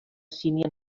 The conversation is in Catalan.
sínia